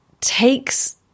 takes